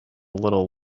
little